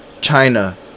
China